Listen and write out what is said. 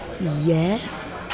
Yes